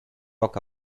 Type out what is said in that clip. oka